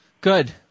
Good